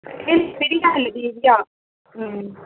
பிரியா இல்லை திவ்யா ம்